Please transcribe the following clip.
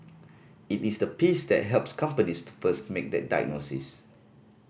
it is the piece that helps companies to first make that diagnosis